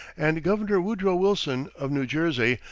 and governor woodrow wilson, of new jersey,